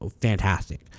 fantastic